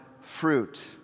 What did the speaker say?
fruit